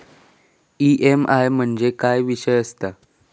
EMI म्हणजे काय विषय आसता?